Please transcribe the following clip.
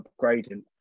upgrading